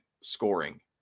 scoring